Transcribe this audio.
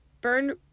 burn